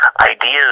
ideas